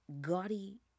gaudy